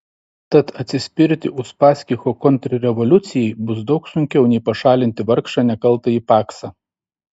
tad atsispirti uspaskicho kontrrevoliucijai bus daug sunkiau nei pašalinti vargšą nekaltąjį paksą